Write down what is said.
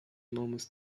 enormous